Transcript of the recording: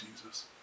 Jesus